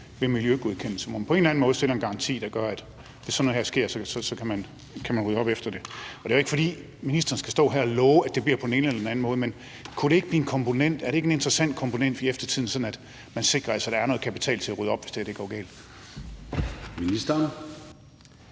ved miljøgodkendelse, hvor man på en eller anden måde stiller en garanti, der gør, at hvis sådan noget her sker, så kan man rydde op efter det. Og det er jo ikke, fordi ministeren skal stå her og love, at det bliver på den ene eller den anden måde, men kunne det ikke blive en komponent? Er det ikke en interessant komponent for eftertiden, sådan at man sikrer, at der er noget kapital til at rydde op, hvis det går galt? Kl.